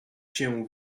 cię